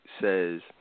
says